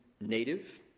native